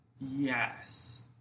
Yes